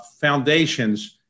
foundations –